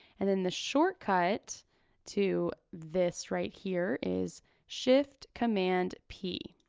and then the shortcut to this right here is shift command p.